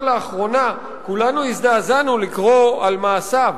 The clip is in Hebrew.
לאחרונה כולנו הזדעזענו לקרוא על מעשיו,